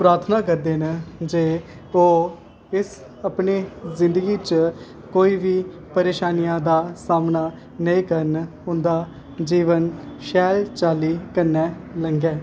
प्रार्थना करदे न जे ओह् इस अपनी जिंदगी च कोई बी परेशानियां दा सामना नेईं करना औंदा जीवन शैल चाली कन्नै लंगदा ऐ